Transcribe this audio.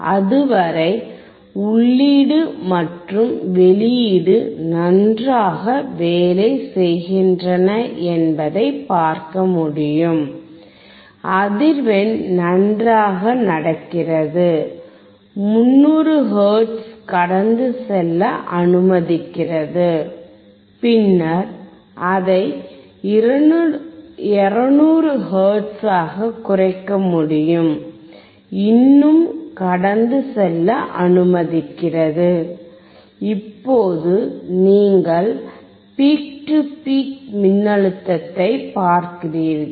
எனவே அதுவரை உள்ளீடு மற்றும் வெளியீடு நன்றாக வேலை செய்கின்றன என்பதை பார்க்க முடியும் அதிர்வெண் நன்றாக நடக்கிறது 300 ஹெர்ட்ஸ் கடந்து செல்ல அனுமதிக்கிறது பின்னர் அதை 200 ஹெர்ட்ஸாகக் குறைக்க முடியும் இன்னும் கடந்து செல்ல அனுமதிக்கிறது இப்போது நீங்கள் பீக் டு பீக் மின்னழுத்தத்தை பார்க்கிறீர்கள்